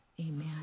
Amen